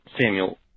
Samuel